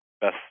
Best